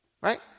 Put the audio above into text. right